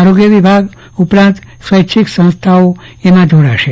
આરોગ્ય નિયામક ઉપરાંત સ્વૈચ્છિક સંસ્થાઓ તેમાં જોડાશે